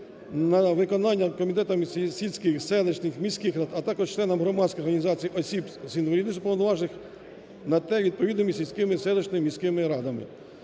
на виконання комітетом сільських (селищних), міських, а також членам громадських організацій осіб з інвалідністю, уповноважених на те відповідними сільськими (селищними), міськими радами.